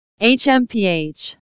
Hmph